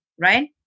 right